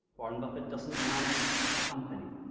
warren buffett doesn't manage a company.